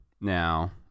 now